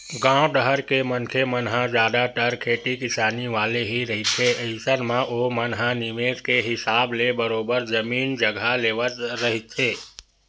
गाँव डाहर के मनखे मन ह जादतर खेती किसानी वाले ही रहिथे अइसन म ओमन ह निवेस के हिसाब ले बरोबर जमीन जघा लेवत रहिथे